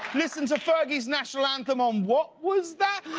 listen to fergie's national anthem on what was that?